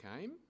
came